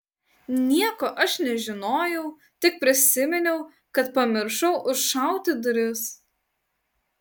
nieko aš nežinojau tik prisiminiau kad pamiršau užšauti duris